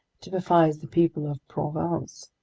typifies the people of provence.